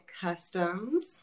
Customs